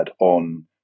on